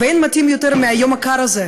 ואין מתאים יותר מהיום הקר הזה,